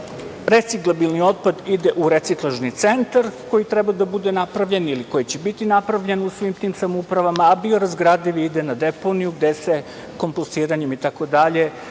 Reciklabilni otpad ide u reciklažni centar koji treba da bude napravljen, ili koji će biti napravljen u svim tim samoupravama, a biorazgradivi ide na deponiju gde se … itd. vrši izvlačenje